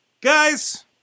Guys